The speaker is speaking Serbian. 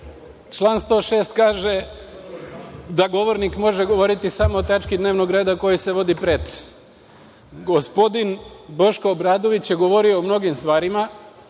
Član 106. kaže da govornik može govoriti samo o tački dnevnog reda o kojoj se vodi pretres. Gospodin Boško Obradović je govorio o mnogim stvarima,